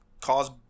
cause